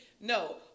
No